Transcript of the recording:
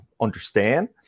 understand